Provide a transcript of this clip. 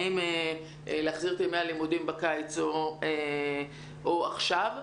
האם להחזיר את ימי הלימודים בקיץ, או עכשיו?